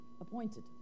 appointed